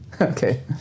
Okay